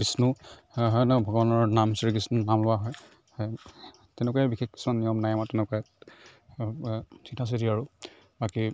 বিষ্ণুৰ নহয় ভগৱানৰ নাম শ্ৰীকৃষ্ণৰ নাম লোৱা হয় তেনেকুৱাই বিশেষ কিছুমান নিয়ম নাই আমাৰ তেনেকুৱাই চিধা চিধি আৰু বাকী